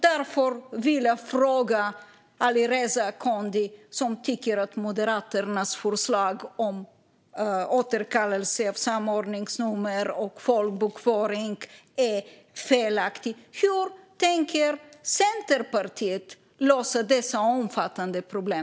Därför vill jag fråga Alireza Akhondi, som tycker att Moderaternas förslag om återkallelse av samordningsnummer och folkbokföring är felaktigt, hur Centerpartiet tänker lösa dessa omfattande problem.